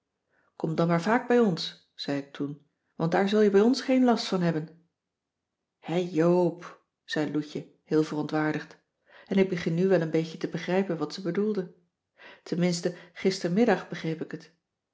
kom dan maar vaak bij ons zei ik toen want daar zul je bij ons geen last van hebben hè joop zei loutje heel verontwaardigd en ik begin nu wel een beetje te begrijpen wat ze bedoelde tenminste gistermiddag begreep ik het